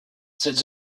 cette